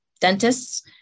dentists